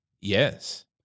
Yes